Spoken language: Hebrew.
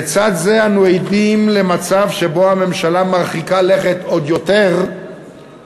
לצד זה אנו עדים למצב שבו הממשלה מרחיקה לכת עוד יותר ומנסה